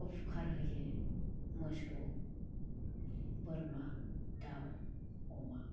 उफुखार होयो मोसौ बोरमा दाउ अमा